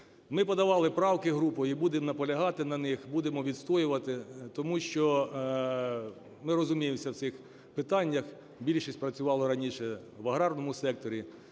Ми подавали правки групою і будемо наполягати на них, будемо відстоювати. Тому що ми розуміємось в цих питаннях, більшість працювали раніше в аграрному секторі.